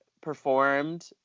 performed